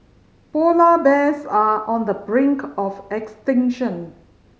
polar bears are on the brink of extinction